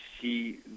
see